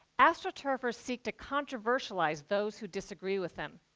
astroturfers seek to controversialize those who disagree with them.